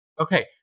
Okay